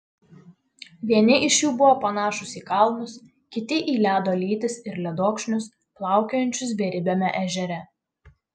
vieni iš jų buvo panašūs į kalnus kiti į ledo lytis ir ledokšnius plaukiojančius beribiame ežere